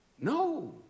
no